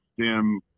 stem